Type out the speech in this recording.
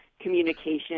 communication